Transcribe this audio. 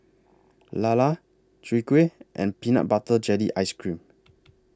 Lala Chwee Kueh and Peanut Butter Jelly Ice Cream